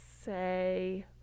say